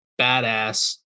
badass